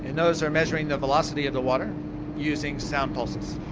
and those are measuring the velocity of the water using sound pulses.